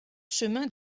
chemin